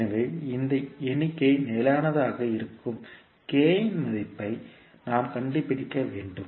எனவே இந்த எண்ணிக்கை நிலையானதாக இருக்கும் இன் மதிப்பை நாம் கண்டுபிடிக்க வேண்டும்